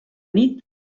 nit